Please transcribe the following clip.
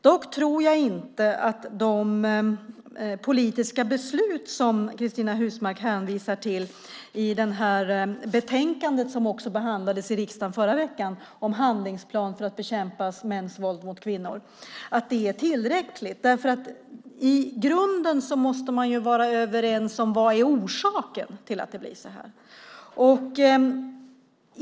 Dock tror jag inte att de politiska beslut som Cristina Husmark Pehrsson hänvisar till, i det betänkande som behandlades i riksdagen förra veckan om en handlingsplan för att bekämpa mäns våld mot kvinnor, är tillräckliga. I grunden måste man ju vara överens om vad orsaken är till att det blir så här.